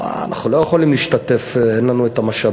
אה, אנחנו לא יכולים להשתתף, אין לנו את המשאבים.